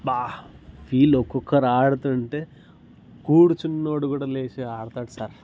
అబ్బా ఫీల్ ఒకొక్కరు ఆడుతుంటే కూర్చున్న వాడు కూడా లేచి ఆడతాడు సార్